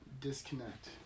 disconnect